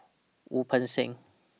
Wu Peng Seng